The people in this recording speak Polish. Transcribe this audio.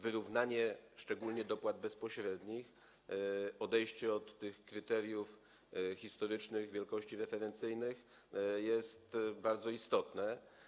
Wyrównanie szczególnie dopłat bezpośrednich, odejście od tych kryteriów historycznych, wielkości referencyjnych jest bardzo istotne.